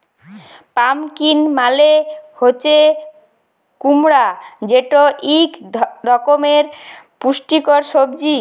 pumpkin মালে হছে কুমড়া যেট ইক রকমের পুষ্টিকর সবজি